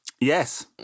Yes